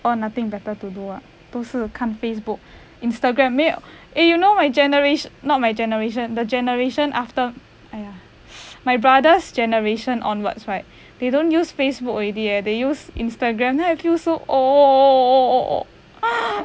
all nothing better to do ah 都是看 Facebook Instagram 没有 eh you know my generation not my generation the generation after !aiya! my brother's generation onwards right they don't use Facebook already eh they use Instagram then I feel so old